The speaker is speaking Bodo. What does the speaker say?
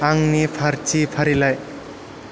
आंनि पार्टि फारिलाइ